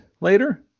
later